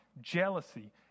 jealousy